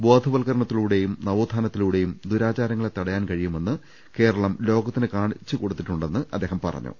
ബോധവൽക്കരണത്തിലൂടെയും നവോത്ഥാനത്തിലൂടെയും ദുരാചാരങ്ങളെ തടയാൻ കഴിയുമെന്ന് കേരളം ലോകത്തിന് കാണിച്ച് കൊടുത്തിട്ടുണ്ടെന്ന് അദ്ദേഹം പറഞ്ഞു